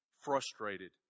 frustrated